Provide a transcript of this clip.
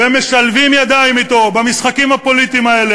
והם משלבים ידיים אתו במשחקים הפוליטיים האלה,